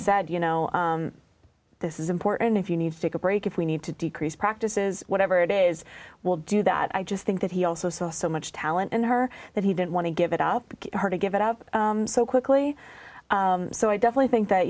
said you know this is important if you need to take a break if we need to decrease practices whatever it is will do that i just think that he also saw so much talent in her that he didn't want to give it up to her to give it up so quickly so i definitely think that